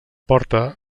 porta